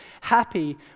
happy